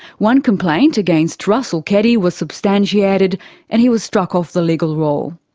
one complaint against russell keddie was substantiated and he was struck off the legal roll.